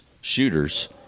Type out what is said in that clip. shooters